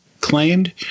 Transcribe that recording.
claimed